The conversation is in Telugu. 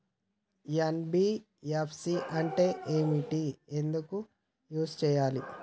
ఎన్.బి.ఎఫ్.సి అంటే ఏంటిది ఎందుకు యూజ్ చేయాలి?